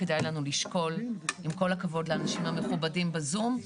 עם כל הכבוד לאנשים המכובדים בזום,